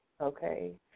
okay